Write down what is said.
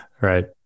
right